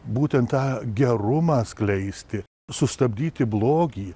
būtent tą gerumą skleisti sustabdyti blogį